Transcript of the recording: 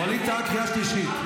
ווליד טאהא, קריאה שלישית.